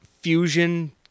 fusion